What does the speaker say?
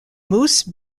moose